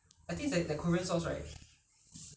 so I think use teriyaki sauce better